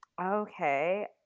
okay